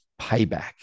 payback